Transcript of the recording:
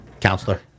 counselor